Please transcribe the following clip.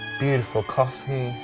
beautiful coffee,